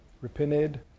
repented